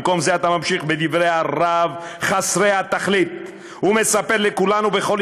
במקום זה אתה ממשיך בדברי הרהב חסרי התכלית ומספר לכולנו בכל